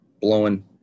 blowing